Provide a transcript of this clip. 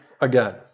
again